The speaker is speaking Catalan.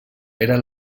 era